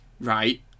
right